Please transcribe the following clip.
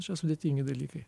čia sudėtingi dalykai